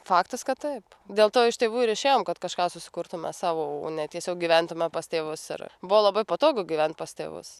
faktas kad taip dėl to iš tėvų ir išėjom kad kažką susikurtume savo o ne tiesiog gyventume pas tėvus ir buvo labai patogu gyvent pas tėvus